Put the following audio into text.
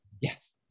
yes